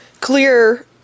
clear